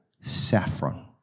saffron